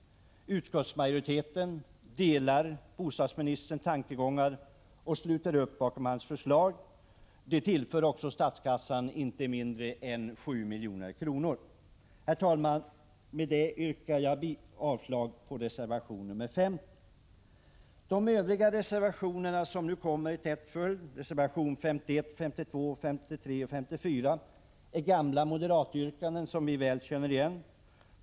Utskottsmajoriteten delar bostadsministerns tankegångar och sluter upp bakom hans förslag. Vi tillför också statskassan inte mindre än 7 milj.kr. Herr talman! Med detta yrkar jag avslag på reservation 50. De övriga reservationerna, som nu kommer i tät följd — reservationerna 51, 52, 53 och 54 — är gamla moderatyrkanden som vi känner igen väl.